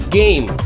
game